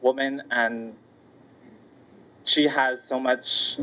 woman and she has so much